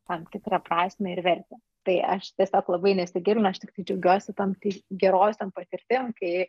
tam tikrą prasmę ir vertę tai aš tiesiog labai nesigilinu aš tikrai džiaugiuosi tam ti gerosiom patirtim kai